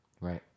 Right